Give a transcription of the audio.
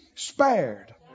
Spared